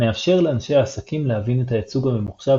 מאפשר לאנשי העסקים להבין את הייצוג הממוחשב